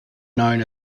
known